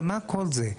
למה כל זה?